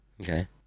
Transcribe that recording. Okay